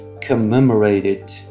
commemorated